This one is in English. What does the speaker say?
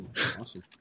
Awesome